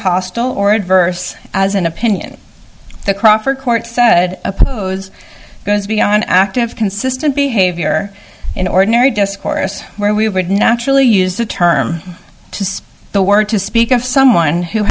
hostile or adverse as an opinion the crawford court said oppose going to be on active consistent behavior in ordinary discourse where we would naturally use the term the word to speak of someone who